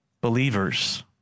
believers